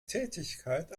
tätigkeit